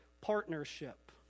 partnership